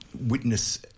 witness